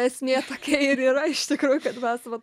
esmė tokia ir yra iš tikrų mes va